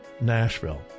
Nashville